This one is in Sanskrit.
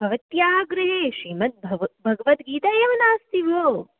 भवत्याः गृहे श्रीमद्भगवद् भगवद्गीता एव नास्ति भोः